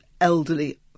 elderly